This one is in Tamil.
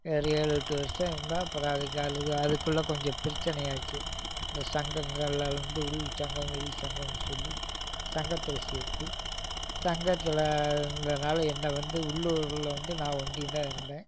ஒரு ஏழு எட்டு வருஷம் இருந்தோம் அப்புறம் அதுக்கு அங்க அதுக்குள்ள கொஞ்சம் பிரச்சினையாச்சு அந்த சங்கங்கள்லேருந்து உள் சங்கம் வெளி சங்கம்னு சொல்லி சங்கத்தில் சேத்து சங்கத்தில் இருந்ததனால என்னை வந்து உள்ளூரில் வந்து நான் ஒண்டியும்தான் இருந்தேன்